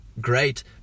great